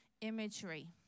imagery